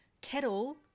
kettle